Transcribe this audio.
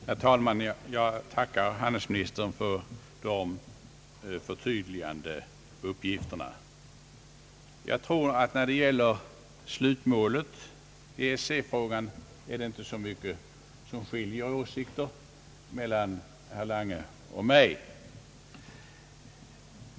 Herr talman! Jag tackar handelsministern för de förtydligande uppgifterna. När det gäller slutmålet i själva EEC frågan tror jag inte att det är så stor skillnad mellan herr Langes och mina åsikter.